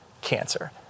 cancer